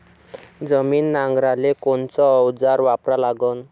जमीन नांगराले कोनचं अवजार वापरा लागन?